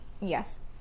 yes